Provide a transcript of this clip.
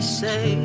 say